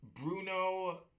Bruno